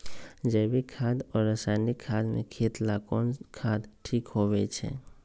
जैविक खाद और रासायनिक खाद में खेत ला कौन खाद ठीक होवैछे?